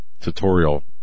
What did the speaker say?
tutorial